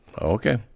Okay